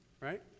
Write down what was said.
right